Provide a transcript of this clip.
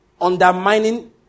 undermining